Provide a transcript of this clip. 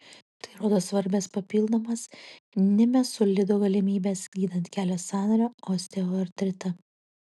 tai rodo svarbias papildomas nimesulido galimybes gydant kelio sąnario osteoartritą